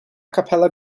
capella